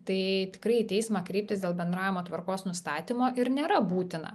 tai tikrai į teismą kreiptis dėl bendravimo tvarkos nustatymo ir nėra būtina